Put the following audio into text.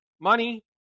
money